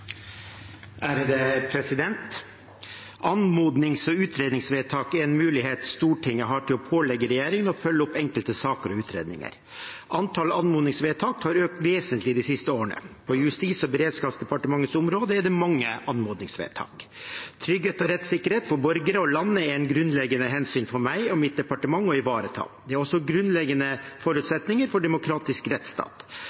en mulighet Stortinget har til å pålegge regjeringen å følge opp enkelte saker og utredninger. Antall anmodningsvedtak har økt vesentlig de siste årene, og på Justis- og beredskapsdepartementets område er det mange anmodningsvedtak. Trygghet og rettssikkerhet for borgere og land er et grunnleggende hensyn for meg og mitt departement å ivareta. Det er også grunnleggende